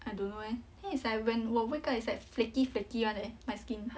I don't know eh then it's 我 wake up it's like flaky flaky [one] eh my skin